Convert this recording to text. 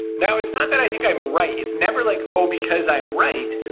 now, it's not that i think i'm right. it's never like, oh, because i'm right,